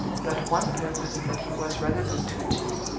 but one purpose that he was resolute to achieve.